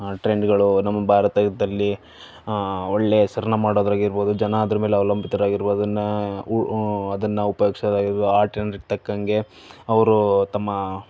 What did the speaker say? ಟ್ರೆಂಡ್ಗಳು ನಮ್ಮ ಭಾರತದಲ್ಲಿ ಒಳ್ಳೆಯ ಹೆಸರನ್ನು ಮಾಡೋದಾಗಿರ್ಬೋದು ಜನ ಅದ್ರಮೇಲೆ ಅವಲಂಬಿತರಾಗಿರೋದನ್ನು ಅದನ್ನು ಉಪಯೋಗಿಸೋದಾಗಿರ್ಬೋದು ಆ ಟ್ರೆಂಡಿಗೆ ತಕ್ಕಂಗೆ ಅವರು ತಮ್ಮ